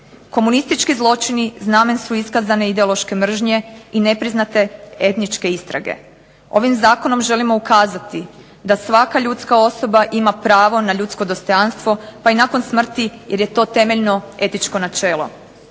Komunistički zločini znamen su iskazane ideološke mržnje i nepriznate etničke istrage. Ovim zakonom želimo ukazati da svaka ljudska osoba ima pravo na ljudsko dostojanstvo pa i nakon smrti jer je to temeljno etičko načelo.